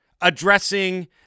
addressing